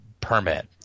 permit